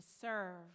serve